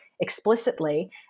explicitly